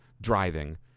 driving